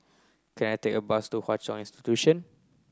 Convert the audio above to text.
can I take a bus to Hwa Chong Institution